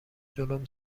جلوم